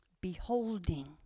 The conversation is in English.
Beholding